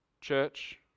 church